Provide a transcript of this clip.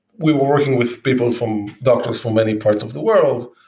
we were worrying with people from doctors for many parts of the world,